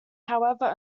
however